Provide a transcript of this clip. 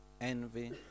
envy